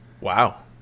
wow